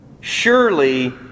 Surely